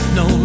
no